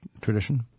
tradition